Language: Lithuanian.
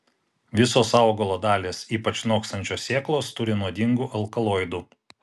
visos augalo dalys ypač nokstančios sėklos turi nuodingų alkaloidų